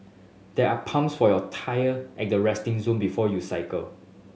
there are pumps for your tyre at the resting zone before you cycle